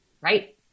right